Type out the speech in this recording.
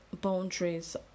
boundaries